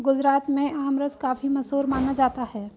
गुजरात में आमरस काफी मशहूर माना जाता है